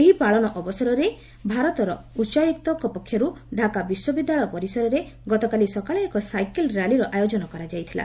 ଏହି ପାଳନ ଅବସରରେ ଭାରତର ଉଚ୍ଚାୟୁକ୍ତଙ୍କ ପକ୍ଷରୁ ଡାକା ବିଶ୍ୱବିଦ୍ୟାଳୟ ପରିସରରେ ଗତକାଲି ସକାଳେ ଏକ ସାଇକେଲ୍ ର୍ୟାଲିର ଆୟୋଜନ କରାଯାଇଥିଲା